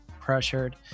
pressured